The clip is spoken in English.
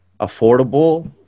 affordable